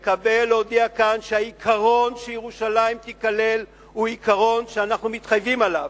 להודיע כאן שהעיקרון שירושלים תיכלל הוא עיקרון שאנחנו מתחייבים עליו.